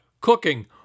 cooking